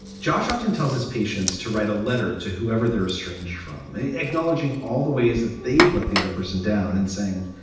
josh often tells his patients to write a letter to whoever their estranged from acknowledging all the ways that they've let the other person down and saying,